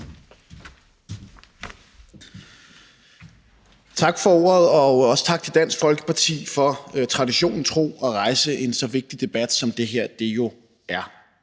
Tak for ordet, og også tak til Dansk Folkeparti for traditionen tro at rejse en så vigtig debat, som det her jo er.